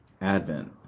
advent